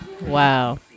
wow